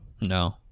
No